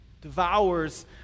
devours